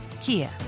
Kia